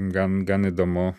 gan gan įdomu